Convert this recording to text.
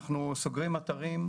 אנחנו סוגרים אתרים,